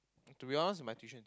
to be honest is my tuition